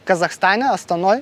kazachstane astanoj